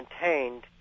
contained